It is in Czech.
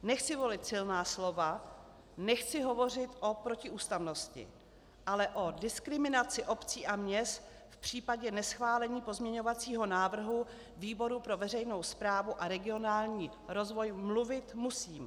Nechci volit silná slova, nechci hovořit o protiústavnosti, ale o diskriminací obcí a měst v případě neschválení pozměňovacího návrhu výboru pro veřejnou správu a regionální rozvoj mluvit musím.